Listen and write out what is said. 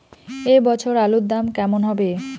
এ বছর আলুর দাম কেমন হবে?